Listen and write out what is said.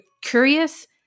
curious